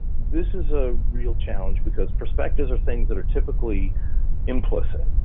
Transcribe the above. this is a real challenge, because perspectives are things that are typically implicit,